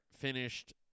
finished